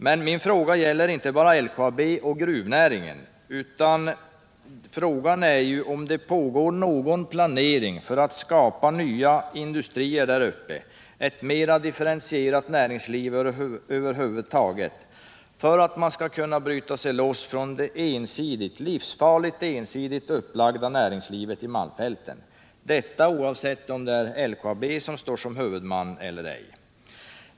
Men min fråga gäller inte bara LKAB och gruvnäringen, utan frågan är ju om det pågår någon planering för att skapa nya industrier där uppe, ett mera differentierat näringsliv över huvud taget, för att man skall kunna bryta sig loss från det livsfarligt ensidiga näringslivet i malmfälten — detta oavsett om det är LKAB som står som huvudman eller ej.